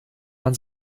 man